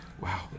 wow